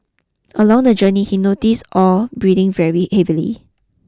along the journey he noticed Ow breathing very heavily